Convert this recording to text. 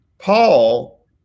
Paul